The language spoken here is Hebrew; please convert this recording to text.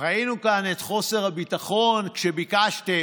ראינו כאן את חוסר הביטחון כשביקשתם,